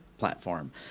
platform